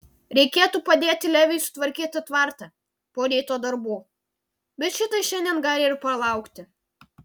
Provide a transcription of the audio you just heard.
reikėtų padėti leviui sutvarkyti tvartą po ryto darbų bet šitai šiandien gali ir palaukti